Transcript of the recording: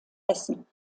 essen